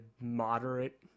moderate